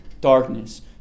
darkness